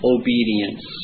obedience